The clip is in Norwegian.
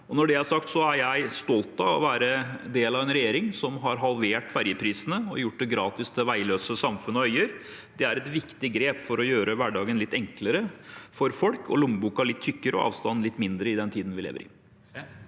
Når det er sagt, er jeg stolt av å være del av en regjering som har halvert ferjeprisene og gjort det gratis til veiløse samfunn og øyer. Det er et viktig grep for å gjøre hverdagen litt enklere for folk, lommeboken litt tykkere og avstanden litt mindre – i den tiden vi lever i.